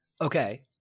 Okay